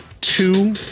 two